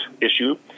issue